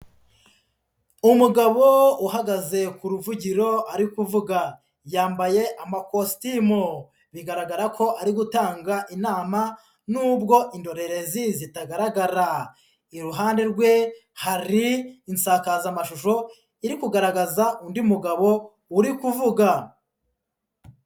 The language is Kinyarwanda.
Umugabo uhagaze ku ruvugiro arikuvuga, yambaye amakositimu, bigaragara ko ari gutanga inama ni ubwo indorerezi zitagaragara, iruhande rwe hari insakazamashusho iri kugaragaza undi mugabo uri kuvuga.